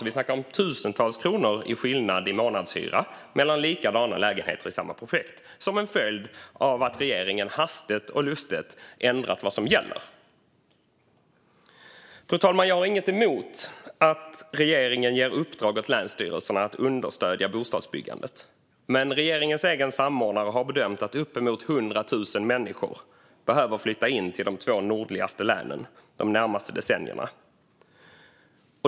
Vi pratar om tusentals kronor i skillnad i månadshyra mellan likadana lägenheter i samma projekt, som en följd av att regeringen hastigt och lustigt har ändrat vad som gäller. Fru talman! Jag har inget emot att regeringen ger uppdrag åt länsstyrelserna att understödja bostadsbyggandet. Men regeringens egen samordnare har bedömt att uppemot 100 000 människor behöver flytta till de två nordligaste länen de närmaste decennierna.